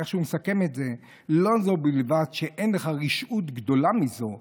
איך הוא מסכם את זה: לא זו בלבד שאין לך רשעות גדולה מזו,